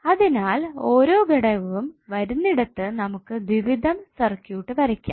അതിനാൽ ഒരോ ഘടകവും വരുന്നിടത്തു നമുക് ദ്വിവിധം സർക്യൂട്ട് വരയ്ക്കാം